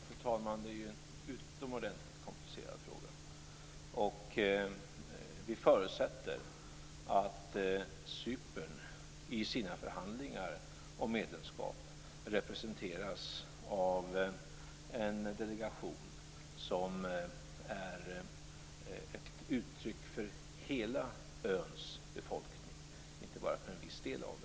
Fru talman! Det är en utomordentligt komplicerad fråga. Vi förutsätter att Cypern i sina förhandlingar om medlemskap representeras av en delegation som är ett uttryck för hela öns befolkning, inte bara för en viss del av den.